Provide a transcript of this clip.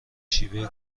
شیوه